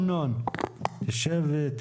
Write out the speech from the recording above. דיברת האם מספיק 75%,